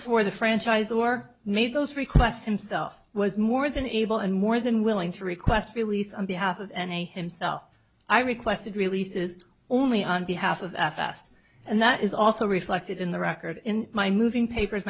for the franchise or made those requests himself was more than able and more than willing to request release on behalf of any himself i requested release is only on behalf of fs and that is also reflected in the record in my moving papers